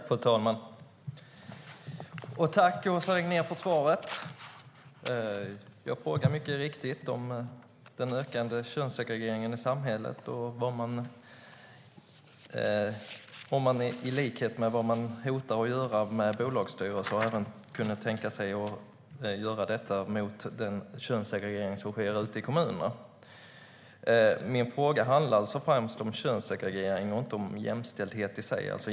Fru talman! Jag tackar Åsa Regnér för svaret. Jag frågade mycket riktigt om den ökande könssegregeringen i samhället och om man kan tänka sig att agera mot den könssegregering som sker ute i kommunerna i likhet med vad man hotar att göra med bolagsstyrelser. Min fråga handlar alltså främst om könssegregering och inte om jämställdhet i sig.